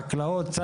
חקלאות.